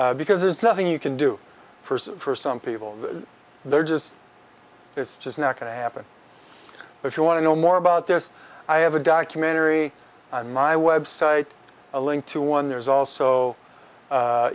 because there's nothing you can do first for some people they're just it's just not going to happen if you want to know more about this i have a documentary on my website a link to one there's also